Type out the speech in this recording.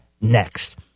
next